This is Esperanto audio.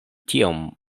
tiom